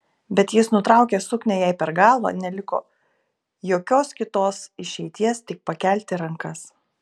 bet jis nutraukė suknią jai per galvą neliko jokios kitos išeities tik pakelti rankas